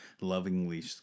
lovingly